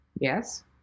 Yes